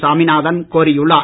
சாமிநாதன் கோரியுள்ளார்